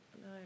no